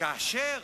וכאשר